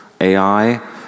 AI